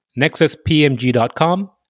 nexuspmg.com